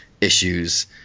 issues